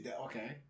Okay